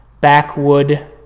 backwood